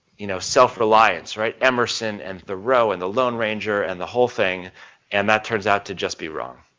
you know, self-reliance. right? emerson and thoreau and the lone ranger and the whole thing and that turns out to just be wrong.